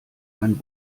ein